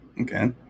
Okay